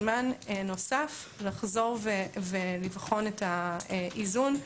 זמן נוסף לחזור ולבחון את האיזון.